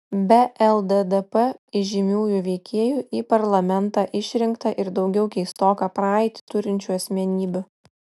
be lddp įžymiųjų veikėjų į parlamentą išrinkta ir daugiau keistoką praeitį turinčių asmenybių